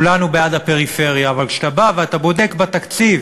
כולנו בעד הפריפריה, וכשאתה בא ואתה בודק בתקציב